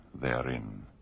therein